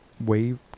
Wave